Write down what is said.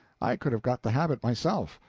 i could have got the habit myself.